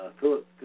Philip